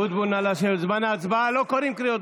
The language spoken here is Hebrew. (תיקון, ביצוע מעצר וחקירת